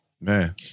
Man